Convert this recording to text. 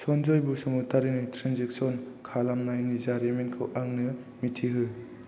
सनजय बसुमथारिनि ट्रेन्जेकसन खालामनायनि जारिमिनखौ आंनो मिथिहो